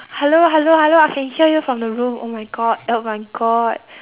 hello hello hello I can hear you from the room oh my god oh my god